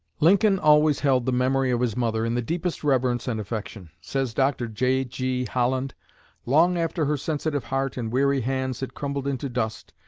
lincoln always held the memory of his mother in the deepest reverence and affection. says dr. j g. holland long after her sensitive heart and weary hands had crumbled into dust,